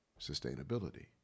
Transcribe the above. sustainability